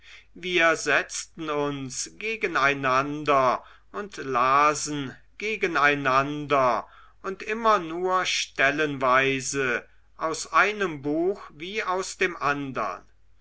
wir setzten uns gegen einander und lasen gegeneinander und immer nur stellenweise aus einem buch wie aus dem andern